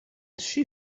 she